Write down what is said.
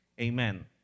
Amen